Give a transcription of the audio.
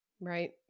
Right